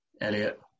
Elliot